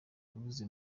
imuzi